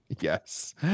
Yes